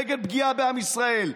נגד פגיעה בעם ישראל,